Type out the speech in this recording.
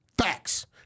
Facts